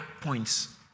points